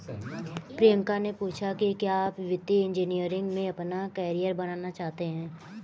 प्रियंका ने पूछा कि क्या आप वित्तीय इंजीनियरिंग में अपना कैरियर बनाना चाहते हैं?